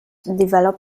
develop